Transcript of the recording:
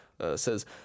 says